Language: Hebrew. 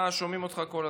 שומעים אותך כל הזמן.